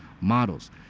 models